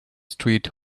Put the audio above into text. street